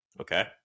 Okay